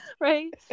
right